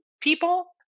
people